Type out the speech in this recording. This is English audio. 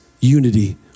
unity